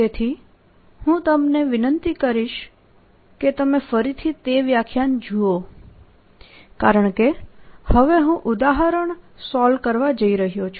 તેથી હું તમને વિનંતી કરીશ કે તમે ફરીથી તે વ્યાખ્યાન જુઓ કારણકે હવે હું ઉદાહરણ સોલ્વ કરવા જઇ રહ્યો છું